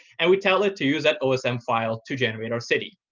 and we tell it to use that osm file to generate our city.